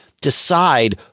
decide